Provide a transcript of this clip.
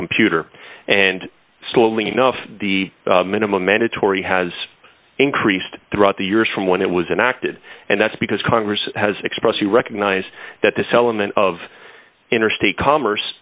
computer and slowly enough the minimum mandatory has increased throughout the years from when it was in acted and that's because congress has expressly recognize that this element of interstate commerce